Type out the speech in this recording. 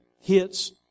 hits